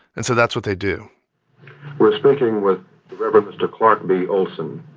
and so that's what they do we're speaking with the reverend mr. clark b. olsen,